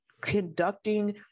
conducting